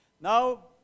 Now